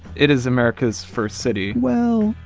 it is america's first city. well,